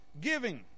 giving